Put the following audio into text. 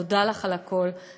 ותודה לך על הכול,